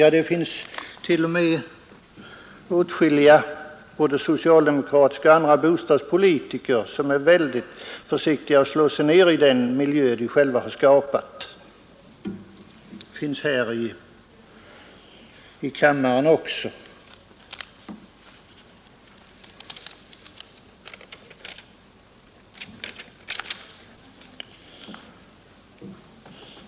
Ja, det finns t.o.m. åtskilliga bostadspolitiker — både socialdemokratiska och andra — som är väldigt försiktiga med att slå sig ned i den miljö de själva har skapat; sådana finns här i kammaren också.